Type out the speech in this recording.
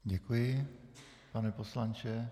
Děkuji, pane poslanče.